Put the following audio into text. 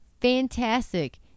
Fantastic